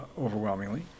overwhelmingly